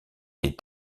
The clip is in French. est